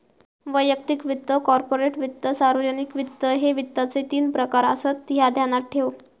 वैयक्तिक वित्त, कॉर्पोरेट वित्त, सार्वजनिक वित्त, ह्ये वित्ताचे तीन प्रकार आसत, ह्या ध्यानात ठेव